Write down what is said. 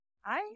Hi